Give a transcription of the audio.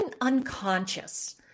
unconscious